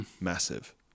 massive